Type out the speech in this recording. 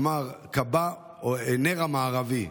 הוא אמר: כבה הנר המערבי,